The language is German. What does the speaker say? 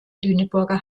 lüneburger